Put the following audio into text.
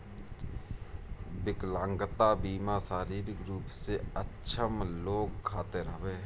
विकलांगता बीमा शारीरिक रूप से अक्षम लोग खातिर हवे